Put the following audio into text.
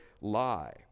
lie